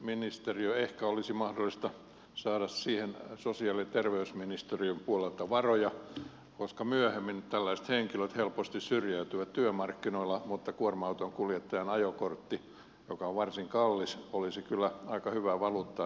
ehkä olisi mahdollista saada siihen sosiaali ja terveysministeriön puolelta varoja koska myöhemmin tällaiset henkilöt helposti syrjäytyvät työmarkkinoilla mutta kuorma autonkuljettajan ajokortti joka on varsin kallis olisi kyllä aika hyvää valuuttaa nykyisillä työmarkkinoilla